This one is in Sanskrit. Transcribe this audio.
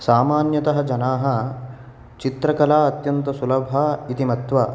सामान्यतः जनाः चित्रकला अत्यन्तसुलभा इति मत्वा